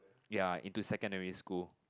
ya into secondary school